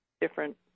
different